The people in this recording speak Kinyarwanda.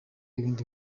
ibindi